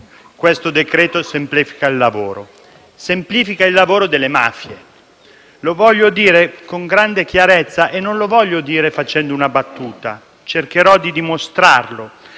esame semplifica il lavoro: semplifica il lavoro delle mafie. Lo voglio dire con grande chiarezza e non facendo una battuta, e cercherò di dimostrarlo.